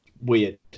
Weird